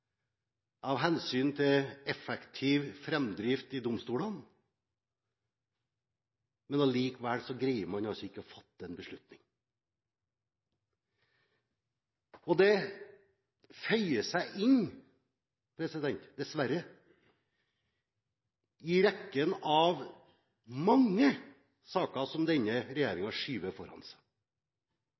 av hensyn til effektiv framdrift i domstolene – men allikevel greier man ikke å fatte en beslutning. Det føyer seg dessverre inn i rekken av mange saker som denne regjeringen skyver foran seg.